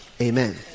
Amen